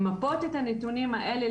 למפות את הנתונים האלה,